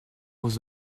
aux